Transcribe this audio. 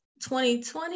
2020